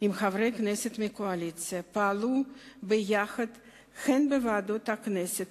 עם חברי כנסת מהקואליציה פעלו ביחד הן בוועדות הכנסת